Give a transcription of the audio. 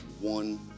one